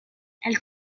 elle